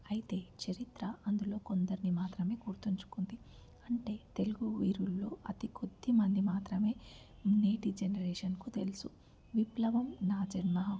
అయితే చరిత్ర అందులో కొందరిని మాత్రమే గుర్తుంచుకుంది అంటే తెలుగు వీరులో అతి కొద్ది మంది మాత్రమే నేటి జనరేషన్కు తెలుసు విప్లవం నా జన్మహక్కు అని